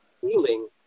feeling